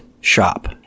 shop